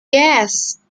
yes